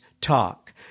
talk